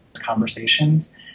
conversations